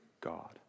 God